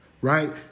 right